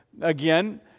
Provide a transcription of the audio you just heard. again